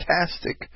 fantastic